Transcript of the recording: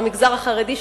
במגזר החרדי,